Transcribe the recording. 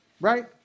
Right